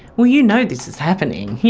well, you know this is happening,